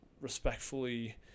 respectfully